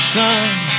time